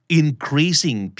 increasing